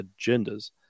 agendas